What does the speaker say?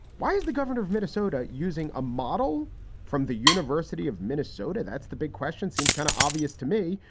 why is the governor of minnesota using a model from the university of minnesota? that's the big question. seems kind of obvious to me.